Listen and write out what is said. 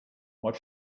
what